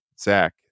Zach